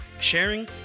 sharing